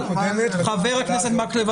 חבר הכנסת מקלב,